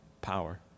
power